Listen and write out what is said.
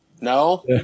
No